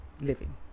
living